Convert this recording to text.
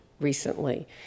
recently